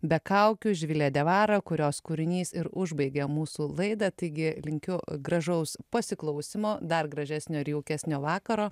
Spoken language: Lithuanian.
be kaukių živilė diavara kurios kūrinys ir užbaigia mūsų laidą taigi linkiu gražaus pasiklausymo dar gražesnio ir jaukesnio vakaro